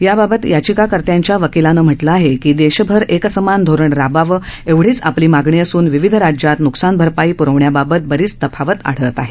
याबाबत याचिकाकर्त्यांच्या वकिलाने म्हटलं आहे की देशभर एकसमान धोरण राबवावं एवढीच आपली मागणी असून विविध राज्यात न्कसान भरपाई प्रवण्याबाबत बरीच तफावत आढळत आहे